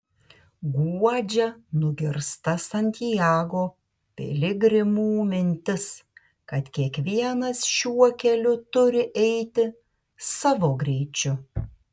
guodžia nugirsta santiago piligrimų mintis kad kiekvienas šiuo keliu turi eiti savo greičiu